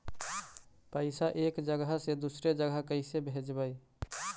पैसा एक जगह से दुसरे जगह कैसे भेजवय?